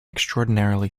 extraordinarily